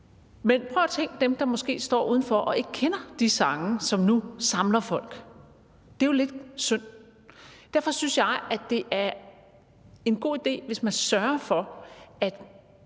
Men prøv at tænke på dem, der måske står udenfor og ikke kender de sange, som nu samler folk. Det er jo lidt synd, og derfor synes jeg, det er en god idé, hvis man sørger for, at